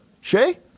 shay